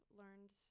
learned